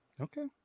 Okay